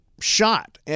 shot